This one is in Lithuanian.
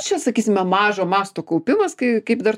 čia sakysime mažo masto kaupimas kai kaip dar